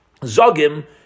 zogim